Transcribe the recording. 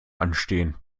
anstehen